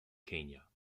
kenya